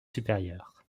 supérieur